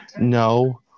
No